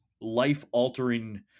life-altering